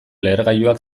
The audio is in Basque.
lehergailuak